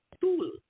tool